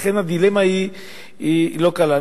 לכן הדילמה היא לא קלה.